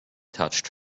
touched